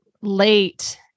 late